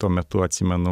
tuo metu atsimenu